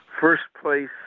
first-place